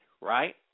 right